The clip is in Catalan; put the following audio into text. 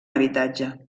habitatge